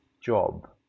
job